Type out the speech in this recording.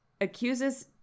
accuses